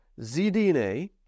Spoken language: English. zDNA